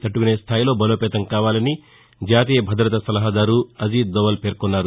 తట్టుకునే స్దాయిలో బలోపేతం కావాలని జాతీయ భదత సలహాదారు అజీద్ దోవల్ పేర్కొన్నారు